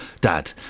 Dad